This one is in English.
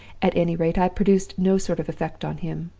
at any rate, i produced no sort of effect on him.